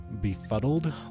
befuddled